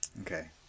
Okay